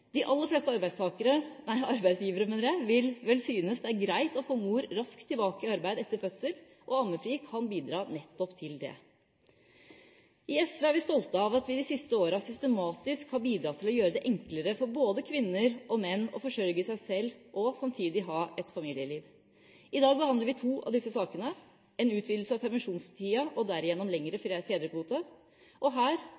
De aller fleste arbeidsgivere vil vel synes det er greit å få mor raskt tilbake i arbeid etter fødsel, og ammefri kan bidra nettopp til det. I SV er vi stolte av at vi de siste årene systematisk har bidratt til å gjøre det enklere for både kvinner og menn å forsørge seg selv og samtidig ha et familieliv. I dag behandler vi to av disse sakene – en utvidelse av permisjonstida og derigjennom lengre